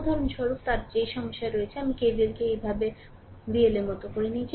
উদাহরণস্বরূপ তারা সেই সমস্যায় রয়েছেন আমি KVLকে এইভাবে VL এর মতো করে নিয়েছি